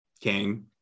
king